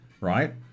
Right